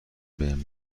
بهم